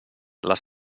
les